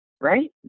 right